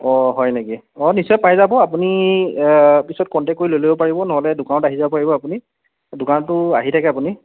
অঁ হয় নেকি অঁ নিশ্চয় পায় যাব আপুনি পিছত কণ্টেক্ট কৰি লৈ ল'ব পাৰিব ন'হলে দোকানত আহি যাব পাৰিব আপুনি দোকানততো আহি থাকে আপুনি